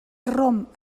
romp